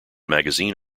magazine